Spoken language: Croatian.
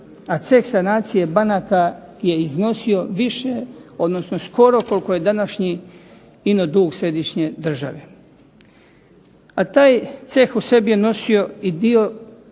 a ceh sanacije banaka je iznosio više, odnosno skoro koliko je današnji ino dug središnje države. A taj ceh u sebi je nosio i dio